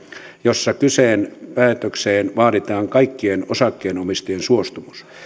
jossa kyseiseen päätökseen vaaditaan kaikkien osakkeenomistajien suostumus